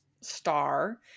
star